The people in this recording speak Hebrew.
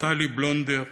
נפתלי בלונדר,